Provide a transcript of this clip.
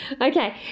Okay